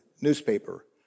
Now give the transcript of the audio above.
newspaper